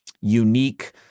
unique